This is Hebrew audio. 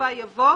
בסופה יבוא